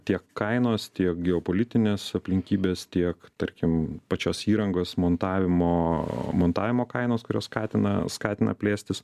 tiek kainos tiek geopolitinės aplinkybės tiek tarkim pačios įrangos montavimo montavimo kainos kurios skatina skatina plėstis